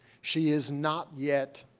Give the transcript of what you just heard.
she is not yet,